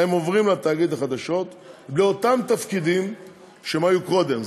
עוברים לתאגיד החדשות באותם תפקידים שהם היו בהם קודם.